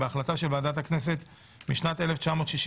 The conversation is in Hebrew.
בהחלטה של ועדת הכנסת משנת 1966,